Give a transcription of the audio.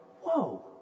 Whoa